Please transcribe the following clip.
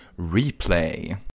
Replay